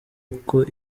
uko